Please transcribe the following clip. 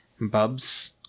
bubs